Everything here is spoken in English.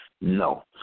No